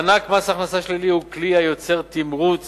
מענק מס הכנסה שלילי הוא כלי היוצר תמרוץ